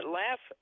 laugh